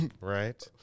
Right